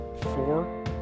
four